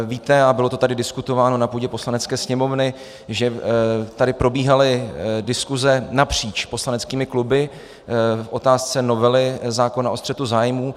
Víte a bylo to tady diskutováno na půdě Poslanecké sněmovny že tady probíhaly diskuse napříč poslaneckými kluby v otázce novely zákona o střetu zájmů.